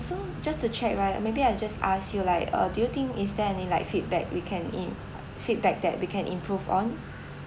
so just to check right uh maybe I just ask you like uh do you think is there any like feedback we can in feedback that we can improve on